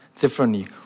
differently